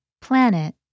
Planet